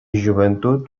joventut